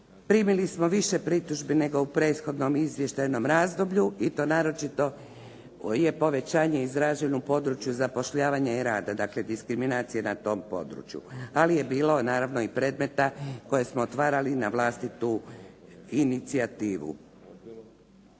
primili smo više pritužbi nego u prethodnom izvještajnom razdoblju i to naročito je povećanje izraženo u području zapošljavanja i rada, dakle diskriminacije na tom području. Ali je bilo naravno i predmeta koje smo otvarali na vlastitu inicijativu.